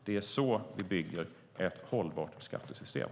Det är så vi bygger ett hållbart skattesystem.